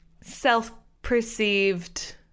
self-perceived